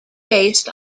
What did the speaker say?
based